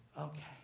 Okay